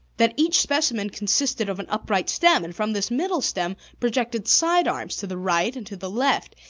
that each specimen consisted of an upright stem, and from this middle stem projected side-arms to the right and to the left,